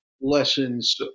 lessons